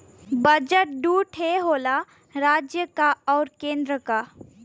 budget दू ठे होला राज्य क आउर केन्द्र क